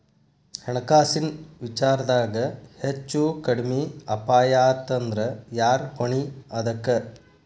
ಹಣ್ಕಾಸಿನ್ ವಿಚಾರ್ದಾಗ ಹೆಚ್ಚು ಕಡ್ಮಿ ಅಪಾಯಾತಂದ್ರ ಯಾರ್ ಹೊಣಿ ಅದಕ್ಕ?